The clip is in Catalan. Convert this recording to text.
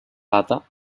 data